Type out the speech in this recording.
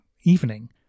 evening